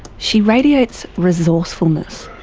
she radiates resourcefulness,